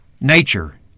nature